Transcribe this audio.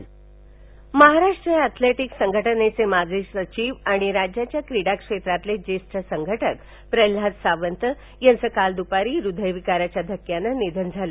निघन महाराष्ट्र बॅयलेटिक्स संघटनेचे माजी सचिव आणि राज्याच्या क्रीडा क्षेत्रातील ज्येष्ठ संघटक प्रल्हाद सावंत यांचे काल दुपारी हुदयविकाराच्या धक्क्याने निधन झाले